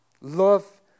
Love